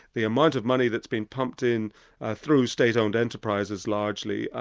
the amount of money that's being pumped in through state-owned enterprises largely,